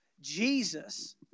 Jesus